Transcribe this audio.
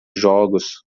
jogos